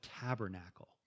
tabernacle